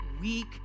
weak